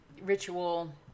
ritual